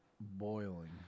Boiling